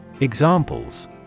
Examples